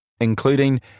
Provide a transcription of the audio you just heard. including